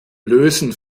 lösen